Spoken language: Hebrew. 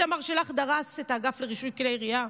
לא, איתמר שלך דרס את האגף לרישוי כלי ירייה.